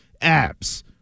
apps